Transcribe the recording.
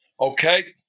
Okay